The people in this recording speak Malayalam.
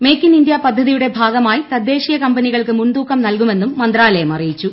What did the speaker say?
മേക്കിംഗ് ഇന്ത്യ പദ്ധതിയുടെ ഭാഗമായി തദ്ദേശീയ കമ്പനികൾക്ക് മുൻതൂക്കം നൽകുമെന്നും മന്ത്രാലയം അറിയിച്ചു